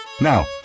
Now